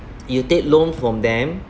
you take loan from them